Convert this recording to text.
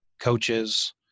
coaches